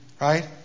right